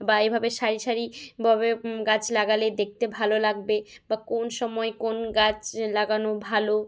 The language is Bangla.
বা এভাবে সারিসারিভাবে গাছ লাগালে দেখতে ভালো লাগবে বা কোন সময় কোন গাছ লাগানো ভালো